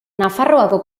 nafarroako